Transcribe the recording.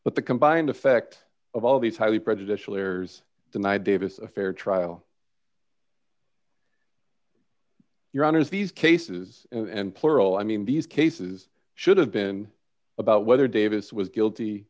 that the combined effect of all these highly prejudicial airs tonight davis a fair trial your honour's these cases and plural i mean these cases should have been about whether davis was guilty